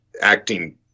acting